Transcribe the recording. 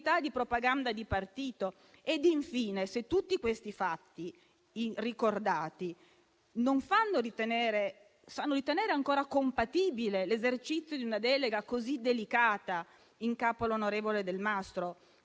di propaganda di partito. Infine, tutti i fatti ricordati fanno ritenere ancora compatibile l'esercizio di una delega così delicata in capo all'onorevole Delmastro?